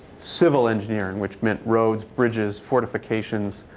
civil engineering, which meant roads, bridges, fortifications,